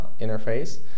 interface